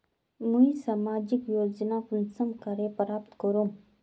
मुई सामाजिक योजना कुंसम करे प्राप्त करूम?